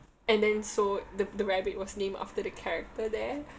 and then so the the rabbit was named after the character there